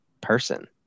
person